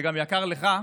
זה יקר גם לך,